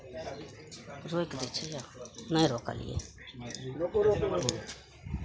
रोकि दै छी लाउ नहि रोकलियै